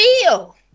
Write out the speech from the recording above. feel